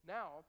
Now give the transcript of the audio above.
now